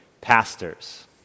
pastors